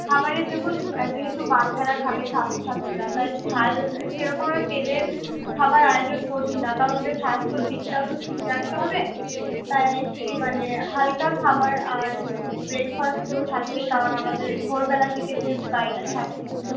খাবারের দেখুন যেহেতু বাচ্চারা খাবে ছাত্রছাত্রীরা তাই ঝাল কীরকমভাবে তেলের খাবার আয়োজন করছি না কারণ ওদের স্বাস্থ্যের দিকটাও তো ঠিক রাখতে হবে তাই কী মানে হালকা খাবার আর ব্রেকফাস্ট তো থাকবেই কারণ আমাদের ভোরবেলার দিকে যেহেতু গাড়িটা ছাড়ছে